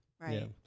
Right